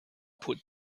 put